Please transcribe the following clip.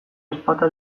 ezpata